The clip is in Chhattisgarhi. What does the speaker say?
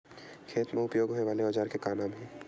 खेत मा उपयोग होए वाले औजार के का नाम हे?